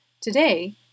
Today